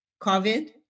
COVID